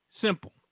simple